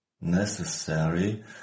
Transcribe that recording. necessary